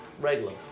Regular